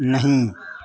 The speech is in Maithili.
नही